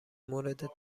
مورد